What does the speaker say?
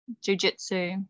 jiu-jitsu